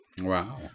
Wow